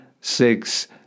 six